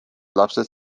lapsed